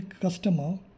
customer